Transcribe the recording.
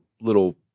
little